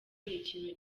ikintu